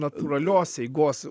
natūralios eigos